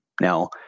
Now